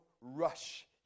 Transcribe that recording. rush